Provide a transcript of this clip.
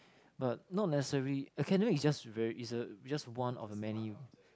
but not necessary academic is just very is a is just one of many